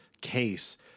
case